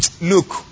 Look